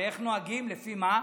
ואיך נוהגים, לפי מה?